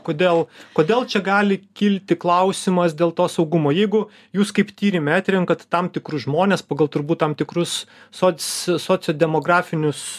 kodėl kodėl čia gali kilti klausimas dėl to saugumo jeigu jūs kaip tyrime atrenkat tam tikrus žmones pagal turbūt tam tikrus soc sociodemografinius